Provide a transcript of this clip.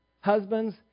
Husbands